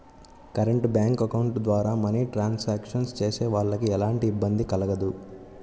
current bank account ద్వారా money transactions చేసేవాళ్ళకి ఎలాంటి ఇబ్బంది కలగదు